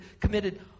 committed